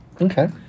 Okay